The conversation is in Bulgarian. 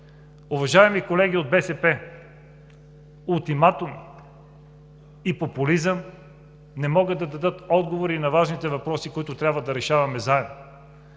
Уважаеми колеги от БСП, ултиматум и популизъм не могат да дадат отговори на важните въпроси, които трябва да решаваме заедно.